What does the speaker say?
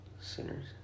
sinners